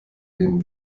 nehmen